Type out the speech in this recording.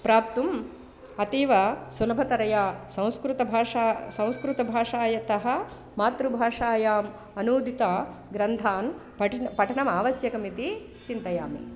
प्राप्तुम् अतीवसुलभतया संस्कृतभाषा संस्कृतभाषातः मातृभाषायाम् अनुदितग्रन्थान् पठित पठनमावश्यकमिति चिन्तयामि